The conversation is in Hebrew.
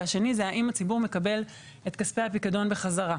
והשני זה האם הציבור מקבל את כספי הפיקדון בחזרה.